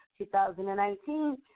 2019